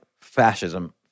fascism